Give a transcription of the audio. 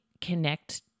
connect